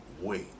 wait